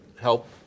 help